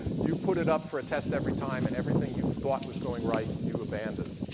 you put it up for a test every time. and everything you thought was going right, you abandon.